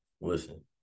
Listen